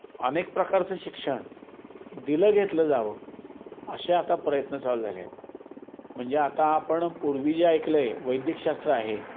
अनेक प्रकारचं शिक्षण दिलं घेतलं जावं असे आता प्रयत्न चालु झाले आहेत म्हणजे आता आपण पूर्वी जे ऐकलं आहे वैदिकशास्त्र आहे